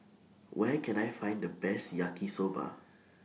Where Can I Find The Best Yaki Soba